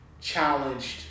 challenged